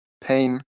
pain